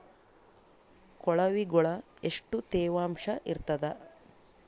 ಕೊಳವಿಗೊಳ ಎಷ್ಟು ತೇವಾಂಶ ಇರ್ತಾದ?